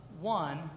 one